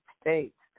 States